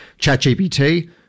ChatGPT